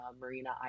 Marina